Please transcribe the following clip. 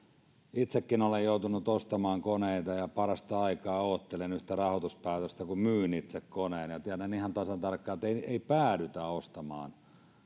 itsekin olen joutunut ostamaan koneita ja parasta aikaa odottelen yhtä rahoituspäätöstä kun myyn itse koneen tiedän ihan tasan tarkkaan että ei päädytä ostamaan